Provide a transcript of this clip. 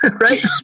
right